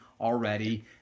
already